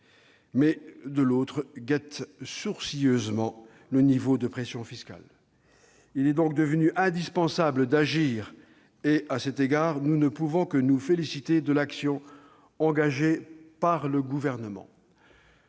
; de l'autre, ils guettent « sourcilleusement » le niveau de pression fiscale. Il était donc devenu indispensable d'agir. À cet égard, nous ne pouvons que nous féliciter de l'action engagée par le Gouvernement.